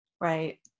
Right